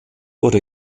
wurde